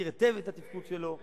ואני מכיר היטב את התפקוד שלו.